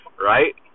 right